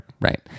right